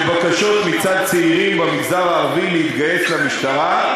של בקשות מצד צעירים במגזר הערבי להתגייס למשטרה,